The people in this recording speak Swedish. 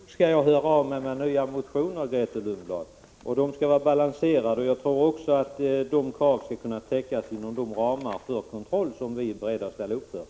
Herr talman! Nog skall jag höra av mig med nya motioner, Grethe Lundblad. De kommer att vara balanserade, och jag tror också att kraven skall kunna täckas inom de ramar för kontroll som vi är beredda att ställa upp för.